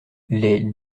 les